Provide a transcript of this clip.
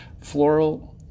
floral